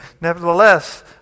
Nevertheless